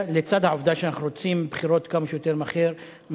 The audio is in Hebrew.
לצד העובדה שאנחנו רוצים בחירות כמה שיותר מהר,